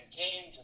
came